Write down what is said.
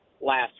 last